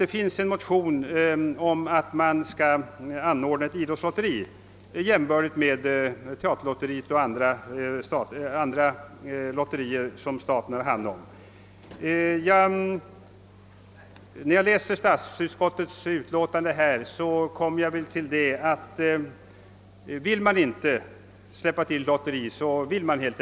Det har också väckts ett motionspar med hemställan om ett idrottslotteri, jämförligt med teaterlotteriet och andra lotterier som anordnas i statens regi. När jag läser statsutskottets utlåtande får jag det intrycket att utskottet helt enkelt inte vill ge tillstånd till något lotteri.